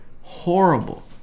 Horrible